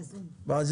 בזום.